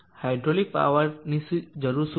હવે હાઇડ્રોલિક પાવરની જરૂર શું છે